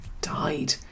died